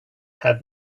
had